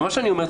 מה שאני אומר,